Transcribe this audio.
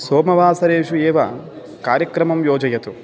सोमवासरेषु एव कार्यक्रमं योजयतु